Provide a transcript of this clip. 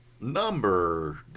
number